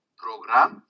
program